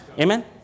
Amen